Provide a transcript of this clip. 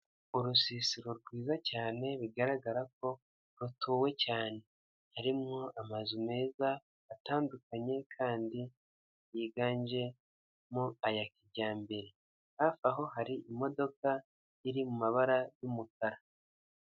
Urusisiro rwiza cyane bigaragara ko rutuwe cyane harimo amazu meza atandukanye kandi yiganjemo aya kijyambere, hafi aho hari imodoka iri mu mabara y'umukara.